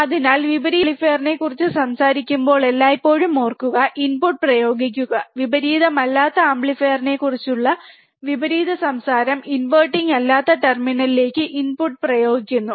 അതിനാൽ വിപരീത ആംപ്ലിഫയറിനെക്കുറിച്ച് സംസാരിക്കുമ്പോൾ എല്ലായ്പ്പോഴും ഓർക്കുക ഇൻപുട്ട് പ്രയോഗിക്കുക വിപരീതമല്ലാത്ത ആംപ്ലിഫയറിനെക്കുറിച്ചുള്ള വിപരീത സംസാരം ഇൻവെർട്ടിംഗ് അല്ലാത്ത ടെർമിനലിലേക്ക് ഇൻപുട്ട് പ്രയോഗിക്കുന്നു